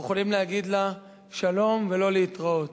יכולים להגיד לה שלום ולא להתראות.